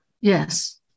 Yes